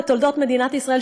בתולדות מדינת ישראל,